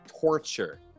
torture